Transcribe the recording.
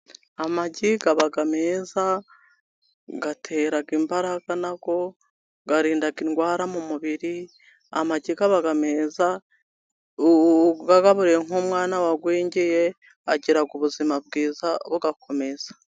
Amagi aba meza, Atera imbaraga nayo, arinda indwara mu mubiri. Amagi aba meza, uyagaburiye nk'umwana wagwingiye, agira ubuzima bwiza bugakomeza.